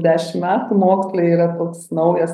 dešim metų moksle yra toks naujas